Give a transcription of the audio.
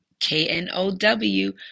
K-N-O-W